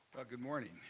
good morning,